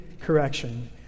correction